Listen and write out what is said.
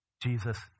Jesus